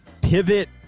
pivot